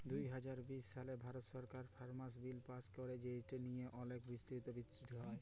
দু হাজার বিশ সালে ভারত সরকার ফার্মার্স বিল পাস্ ক্যরে যেট লিয়ে অলেক বিতর্ক সৃষ্টি হ্যয়